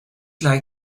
like